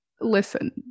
listen